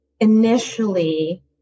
initially